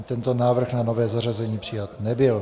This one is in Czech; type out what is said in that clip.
Tento návrh na nové zařazení přijat nebyl.